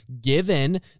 given